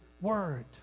Word